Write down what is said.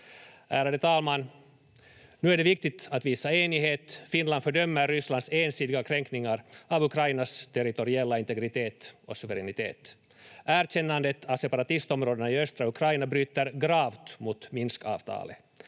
Ärade talman! Nu är det viktigt att visa enighet. Finland fördömer Rysslands ensidiga kränkningar av Ukrainas territoriella integritet och suveränitet. Erkännandet av separatistområdena i östra Ukraina bryter gravt mot Minskavtalet.